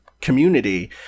community